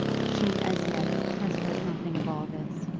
she, as yet, has heard nothing of all this.